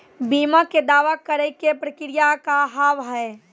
बीमा के दावा करे के प्रक्रिया का हाव हई?